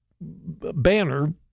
banner